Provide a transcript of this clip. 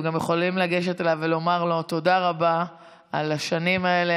אתם גם יכולים לגשת אליו ולומר לו תודה רבה על השנים האלה,